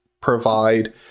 provide